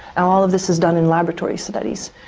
all of this is done in laboratory studies.